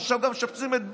אז משפצים את בלפור.